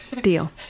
Deal